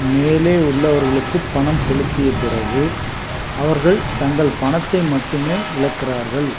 மேலே உள்ளவர்களுக்குப் பணம் செலுத்தியப் பிறகு அவர்கள் தங்கள் பணத்தை மட்டுமே இழக்கிறார்கள்